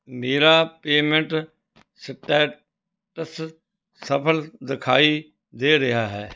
ਮੇਰਾ payment status ਸਫਲ ਦਿਖਾਈ ਦੇ ਰਿਹਾ ਹੈ